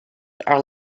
are